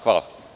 Hvala.